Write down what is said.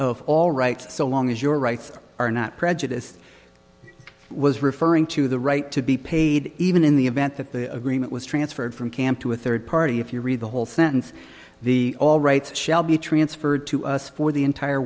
of all right so long as your rights are not prejudiced i was referring to the right to be paid even in the event that the agreement was transferred from camp to a third party if you read the whole sentence the all rights shall be transferred to us for the entire